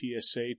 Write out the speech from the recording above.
TSA